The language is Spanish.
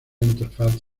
interfaz